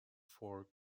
four